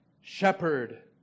Shepherd